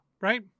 Right